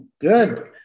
Good